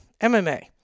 MMA